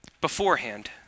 beforehand